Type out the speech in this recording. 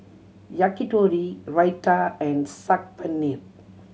Yakitori Raita and Saag Paneer